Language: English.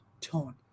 tone